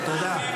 תודה,